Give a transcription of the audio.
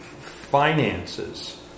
finances